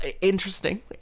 interesting